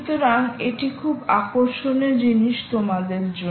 সুতরাং এটি খুব আকর্ষণীয় জিনিস তোমাদের জন্য